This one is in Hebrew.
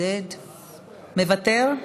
מוותר?